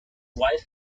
wife